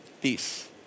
peace